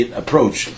approach